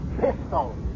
pistol